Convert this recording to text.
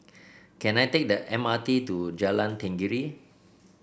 can I take the M R T to Jalan Tenggiri